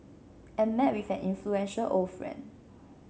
and met with an influential old friend